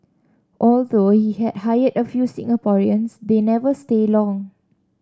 although he has hired a few Singaporeans they never stay long